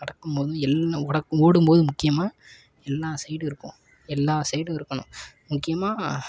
நடக்கும்மோதும் எல்லா ஒடக்கு ஓடும்போது முக்கியமாக எல்லா சைடும் இருக்கும் எல்லா சைடும் இருக்கணும் முக்கியமாக